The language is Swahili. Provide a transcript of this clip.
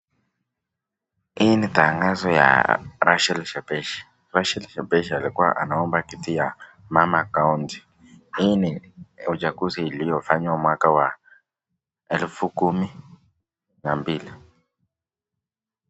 Hii ni tangazo ya Rachel Shebesh. Rachel Shebesh alikuwa anaomba kiti ya mama county . Hii ni uchaguzi iliyofanywa mwaka wa elfu kumi na mbili.